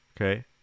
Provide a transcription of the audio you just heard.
Okay